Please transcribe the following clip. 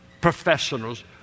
professionals